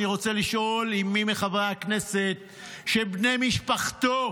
אני רוצה לשאול אם מי מחברי הכנסת שבני משפחתו,